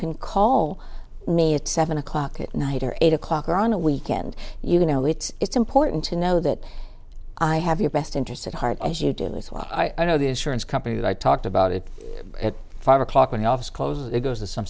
can call me at seven o'clock at night or eight o'clock or on a weekend you know it's important to know that i have your best interests at heart as you do this well i know the insurance company that i talked about it at five o'clock in the office closes it goes to some